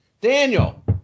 Daniel